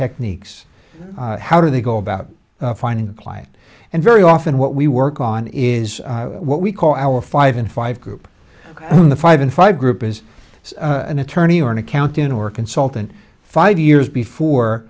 techniques how do they go about finding a client and very often what we work on is what we call our five and five group in the five and five group is an attorney or an accountant or consultant five years before